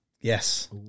Yes